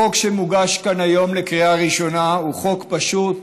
החוק שמוגש כאן היום לקריאה ראשונה הוא פשוט